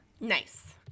Nice